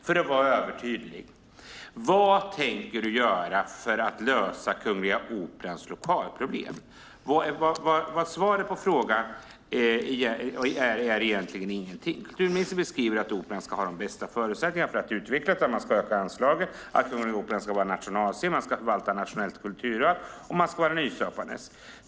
För att vara övertydlig: Vad tänker du göra för att lösa Kungliga Operans lokalproblem? Svaret på frågan är egentligen ingenting. Kulturministern beskriver att Operan ska ha de bästa förutsättningarna för att utvecklas, att man ska öka anslaget, att Kungliga Operan ska vara nationalscen, att man ska förvalta ett nationellt kulturarv och att man ska vara nyskapande.